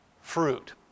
fruit